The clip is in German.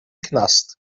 knast